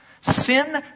Sin